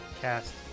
cast